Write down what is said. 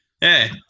Hey